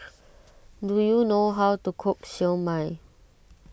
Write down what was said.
do you know how to cook Siew Mai